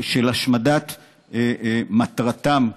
והשמדת מטרתם,